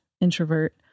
introvert